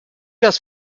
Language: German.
das